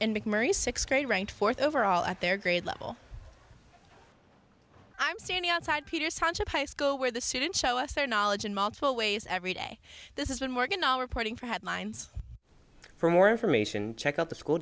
and mcmurry sixth grade rank fourth overall at their grade level i'm standing outside peter sonship high school where the student show us their knowledge in multiple ways everyday this is one morgan all reporting for headlines for more information check out the school